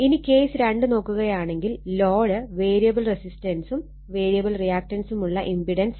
ഇനി കേസ് 2 നോക്കുകയാണെങ്കിൽ load variable റെസിസ്റ്റൻസും വേരിയബിൾ റിയാക്റ്റൻസും ഉള്ള ഇമ്പിടൻസ് ZL